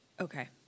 Okay